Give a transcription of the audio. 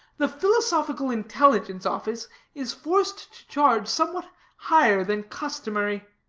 the philosophical intelligence office is forced to charge somewhat higher than customary.